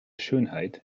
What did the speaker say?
schönheit